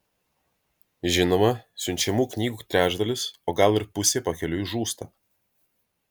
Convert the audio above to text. žinoma siunčiamų knygų trečdalis o gal ir pusė pakeliui žūsta